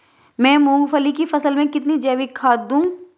मैं मूंगफली की फसल में कितनी जैविक खाद दूं?